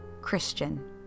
Christian